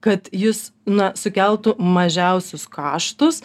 kad jis na sukeltų mažiausius kaštus